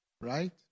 Right